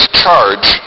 charge